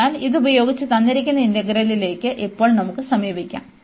അതിനാൽ ഇതുപയോഗിച്ച് തന്നിരിക്കുന്ന ഇന്റഗ്രലിലേക്ക് ഇപ്പോൾ നമുക്ക് സമീപിക്കാം